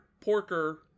Porker